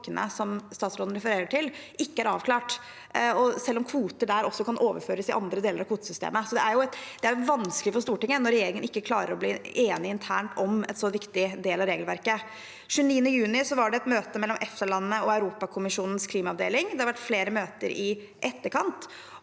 som statsråden refererer til, ikke er avklart, selv om kvoter der også kan overføres til andre deler av kvotesystemet. Det er vanskelig for Stortinget når regjeringen internt ikke klarer å bli enig om en så viktig del av regelverket. Den 29. juni var det et møte mellom EFTA-landene og Europakommisjonens klimaavdeling. Det har vært flere møter i etterkant,